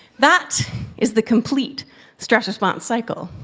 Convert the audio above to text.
that is the complete stress response cycle.